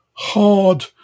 hard